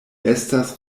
estas